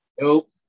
Nope